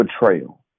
betrayal